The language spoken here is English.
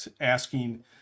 asking